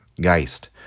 Geist